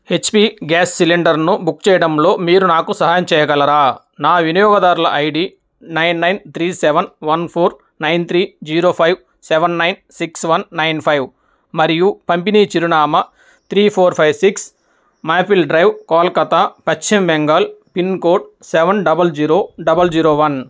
HP gas సిలిండర్ను book చేయడంలో మీరు నాకు సహాయం చేయగలరా నా వినియోగదారుల ID nine nine three seven one four nine three zero five seven nine six one nine five మరియు పంపిణీ చిరునామా త్రీ ఫోర్ ఫైవ్ సిక్స్ మాఫిల్ డ్రైవ్ కోల్కత్తా పశ్చిమ Bengal pin code seven double zero double zero one